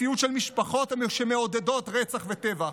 מציאות של משפחות שמעודדות רצח וטבח,